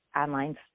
online